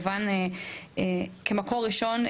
כמקור ראשון,